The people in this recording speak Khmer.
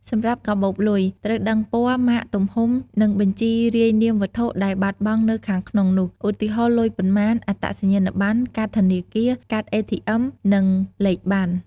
សម្រាប់កាបូបលុយ ត្រូវដឹងពណ៌ ម៉ាក ទំហំ និងបញ្ជីរាយនាមវត្ថុដែលបាត់បង់នៅខាងក្នុងនោះ ឧទាហរណ៍ លុយប៉ុន្មាន អត្តសញ្ញាណប័ណ្ណ កាតធនាគារ កាតអេធីអុឹម និងលេខប័ណ្ណ។